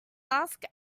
ask